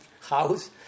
house